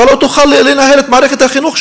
אתה לא תוכל לנהל שם את מערכת החינוך,